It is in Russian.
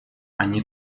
они